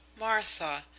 martha,